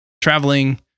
traveling